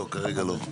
(היו"ר יעקב אשר) לא, כרגע לא.